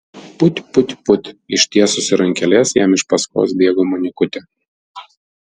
put put put ištiesusi rankeles jam iš paskos bėgo monikutė